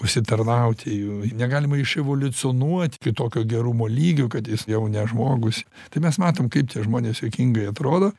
užsitarnauti jų negalima iševoliucionuot iki tokio gerumo lygio kad jis jau ne žmogus tai mes matom kaip tie žmonės juokingai atrodo